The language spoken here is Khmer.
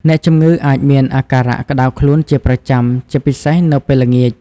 អ្នកជំងឺអាចមានអាការៈក្តៅខ្លួនជាប្រចាំ ជាពិសេសនៅពេលល្ងាច។